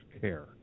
care